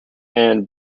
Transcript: ann